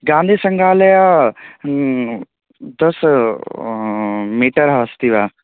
गान्धीसङ्ग्रहालयः दश मीटरः अस्ति वा